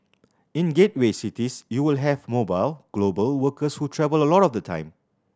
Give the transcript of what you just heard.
in gateway cities you will have mobile global workers who travel a lot of the time